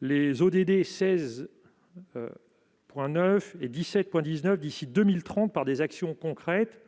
les ODD 16.9 et 17.19 d'ici à 2030 au travers d'actions concrètes.